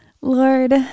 Lord